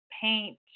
paint